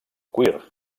cuir